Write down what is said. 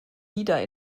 wieder